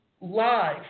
live